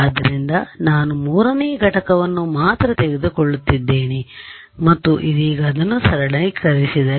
ಆದ್ದರಿಂದ ನಾನು 3 ನೇ ಘಟಕವನ್ನು ಮಾತ್ರ ತೆಗೆದುಕೊಳ್ಳುತ್ತಿದ್ದೇನೆ ಮತ್ತು ಇದೀಗ ಅದನ್ನು ಸರಳೀಕರಿದರೆ